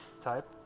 type